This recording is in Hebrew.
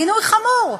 גינוי חמור,